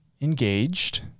engaged